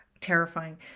terrifying